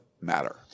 matter